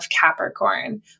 Capricorn